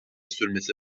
sürmesi